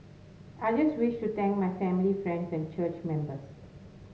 I just wish to thank my family friends and church members